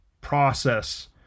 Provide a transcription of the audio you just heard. process